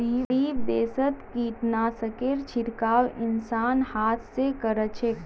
गरीब देशत कीटनाशकेर छिड़काव इंसान हाथ स कर छेक